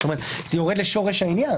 זאת אומרת, זה יורד לשורש העניין.